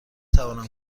توانم